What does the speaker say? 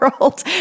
world